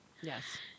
Yes